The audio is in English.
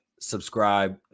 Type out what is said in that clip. subscribe